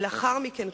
ולאחר מכן,